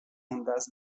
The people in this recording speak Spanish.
ondas